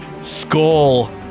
Skull